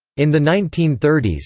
in the nineteen thirty s,